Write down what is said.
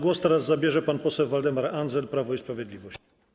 Głos teraz zabierze pan poseł Waldemar Andzel, Prawo i Sprawiedliwość.